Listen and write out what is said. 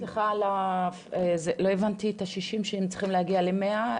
סליחה, לא הבנתי את ה-60 שצריכים להגיע ל-100.